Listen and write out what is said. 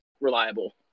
reliable